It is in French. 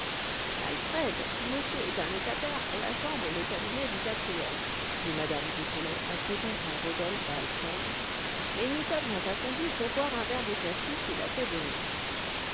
alfred monsieur est un locataire pour la chambre et le cabinet du quatrième dit mme pipelet en présentant rodolphe à alfred et nous t'avons attendu pour boire un verre de cassis qu'il a fait venir